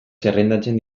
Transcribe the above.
zerrendatzen